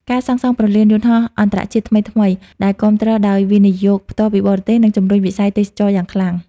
ការសាងសង់ព្រលានយន្តហោះអន្តរជាតិថ្មីៗ ដែលគាំទ្រដោយ វិនិយោគផ្ទាល់ពីបរទេស នឹងជម្រុញវិស័យទេសចរណ៍យ៉ាងខ្លាំង។